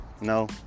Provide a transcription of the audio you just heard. No